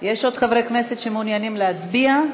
יש עוד חברי כנסת שמעוניינים להצביע?